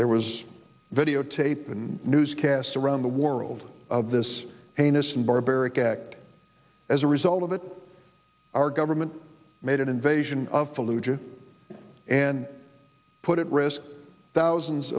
there was videotape in newscasts around the world of this heinous and barbaric act as a result of it our government made an invasion of fallujah and put it risked thousands